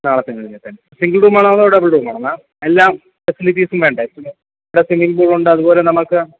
നാളത്തെ കഴിഞ്ഞിട്ട് സിംഗിൾ റൂമാണോ അതോ ഡബിൾ റൂമാണോ മാം എല്ലാ ഫെസിലിറ്റീസും വേണ്ടേ ഇവിടെ സ്വിമ്മിങ് പൂളുണ്ട് അതുപോലെ നമുക്ക്